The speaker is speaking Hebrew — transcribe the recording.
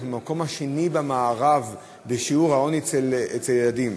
אנחנו במקום השני במערב בשיעור העוני אצל ילדים.